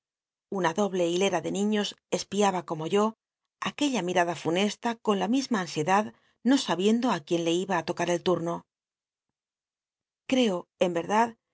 t doble hilera de niños espiaba como yo aquella mirada funesta con la misma ansiedad no sabiendo ü quién le va i loca el turno creo en erdad